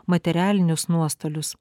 materialinius nuostolius